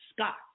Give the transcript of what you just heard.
Scott